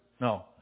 No